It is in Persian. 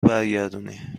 برگردونی